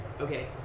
Okay